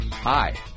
Hi